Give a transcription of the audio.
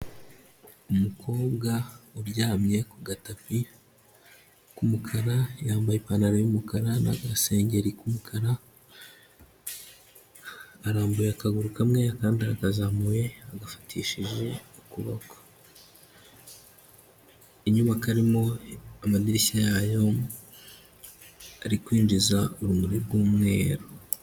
Umukobwa uryamye ku gatapi k'umukara, yambaye ipantaro y'umukara n'agasengeri k'umukara, arambuye akaguru kamwe akandi arakazamuye agafatishije ukuboko, inyubako arimo amadirishya yayo ari kwinjiza urumuri rw'umweru.